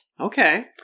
Okay